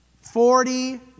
Forty